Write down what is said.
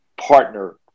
partner